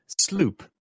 Sloop